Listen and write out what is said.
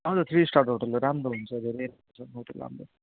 हजुर three star hotel हो राम्रो हुन्छ रेर हुन्छ होटेल हाम्रो